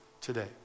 today